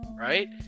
Right